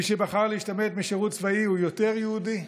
מי שבחר להשתמט משירות צבאי הוא יותר יהודי?